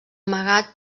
amagat